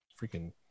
Freaking